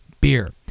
beer